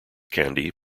candy